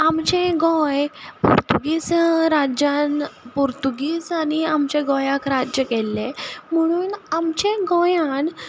आमचें गोंय पोर्तुगीज राज्यान पोर्तुगिजांनी आमच्या गोंयाक राज्य केल्लें म्हणून आमचें गोंयान